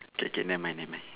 K K never mind never mind